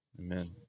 Amen